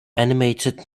animated